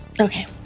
Okay